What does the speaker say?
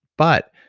but,